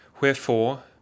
Wherefore